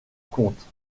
compte